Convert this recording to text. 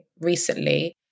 recently